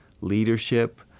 leadership